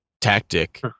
tactic